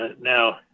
now